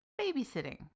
babysitting